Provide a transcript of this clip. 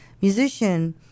musician